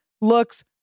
looks